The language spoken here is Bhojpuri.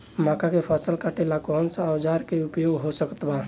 मक्का के फसल कटेला कौन सा औजार के उपयोग हो सकत बा?